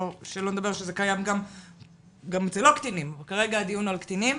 שלא נדבר שזה קיים גם אצל לא קטינים אבל כרגע הדיון הוא על קטינים.